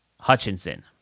Hutchinson